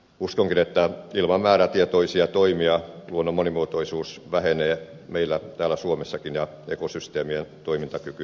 uskonkin että ilman määrätietoisia toimia luonnon monimuotoisuus vähenee meillä täällä suomessakin ja ekosysteemien toimintakyky heikkenee